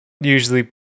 usually